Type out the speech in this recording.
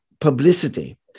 publicity